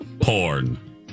Porn